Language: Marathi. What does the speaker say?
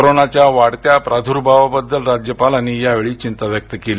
कोरोनाच्या वाढत्या प्रादुर्भावाबद्दल राज्यपालांनी यावेळी चिंता व्यक्त केली